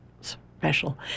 special